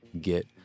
get